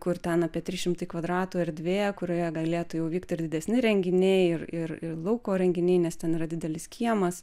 kur ten apie trys šimtai kvadratų erdvė kurioje galėtų jau vykt ir didesni renginiai ir ir ir lauko renginiai nes ten yra didelis kiemas